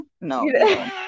no